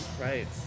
right